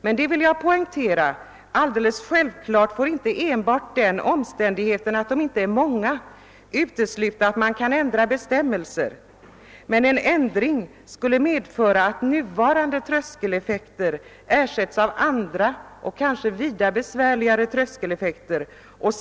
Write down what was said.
Jag vill emellertid poängtera att det är alldeles självklart att enbart den omständigheten att de inte är många inte utesluter att bestämmelserna kan ändras. En ändring skulle emellertid medföra att nuvarande tröskeleffekter ersätts av andra och kanske vida besvärligare.